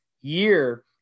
year